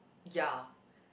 ya